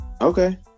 Okay